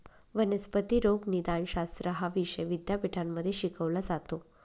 वनस्पती रोगनिदानशास्त्र हा विषय विद्यापीठांमध्ये शिकवला जातो